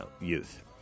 youth